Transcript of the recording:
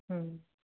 ह्म्म